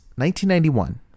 1991